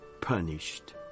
punished